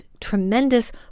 tremendous